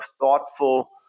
thoughtful